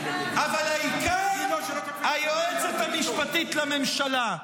אבל העיקר, היועצת המשפטית לממשלה.